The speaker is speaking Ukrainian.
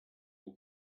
бути